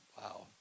Wow